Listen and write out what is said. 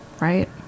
right